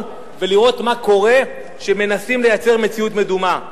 ולראות מה קורה כשמנסים לייצר מציאות מדומה.